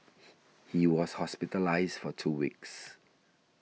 he was hospitalised for two weeks